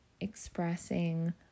expressing